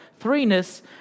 threeness